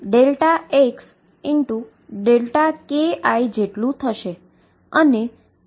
જે xΔki જેટ્લુ થશે અને તે 1 ના ક્રમમાં હશે